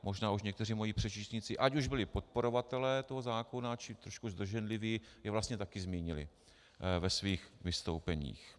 Možná už někteří moji předřečníci, ať už byli podporovateli toho zákona, či byli trošku zdrženliví, je vlastně také zmínili ve svých vystoupeních.